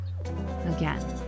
again